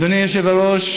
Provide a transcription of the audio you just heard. אדוני היושב-ראש,